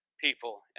people